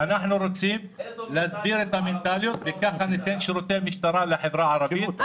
אנחנו רוצים לה- -- את המנטליות וככה ניתן שירותי משטרה לחברה הערבית.